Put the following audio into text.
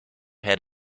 had